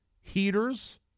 heaters